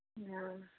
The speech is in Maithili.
हँ